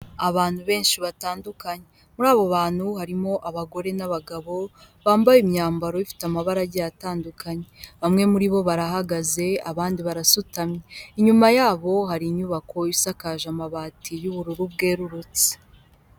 Abantu benshi batandukanye muri abo bantu harimo abagore n'abagabo bambaye imyambaro ifite amabara agiye atandukanye, bamwe muri bo barahagaze abandi barasutamye, inyuma yabo hari inyubako isakaje amabati y'ubururu bwererutse.